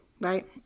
right